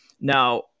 Now